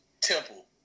Temple